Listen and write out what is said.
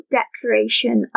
declaration